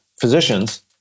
physicians